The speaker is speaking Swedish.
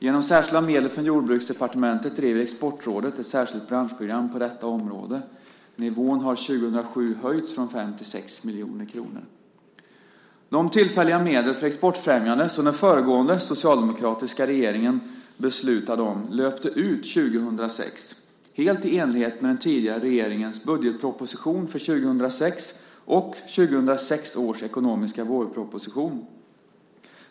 Genom särskilda medel från Jordbruksdepartementet driver Exportrådet ett särskilt branschprogram på detta område; nivån har 2007 höjts från 5 till 6 miljoner kronor. De tillfälliga medel för exportfrämjandet som den föregående socialdemokratiska regeringen beslutade om löpte ut 2006, helt i enlighet med den tidigare regeringens budgetproposition för 2006 och 2006 års ekonomiska vårproposition.